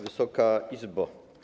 Wysoka Izbo!